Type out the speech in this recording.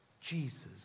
Jesus